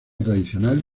tradicional